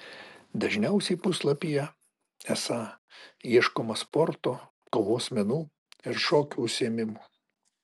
dažniausiai puslapyje esą ieškoma sporto kovos menų ir šokių užsiėmimų